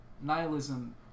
nihilism